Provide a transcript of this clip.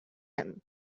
him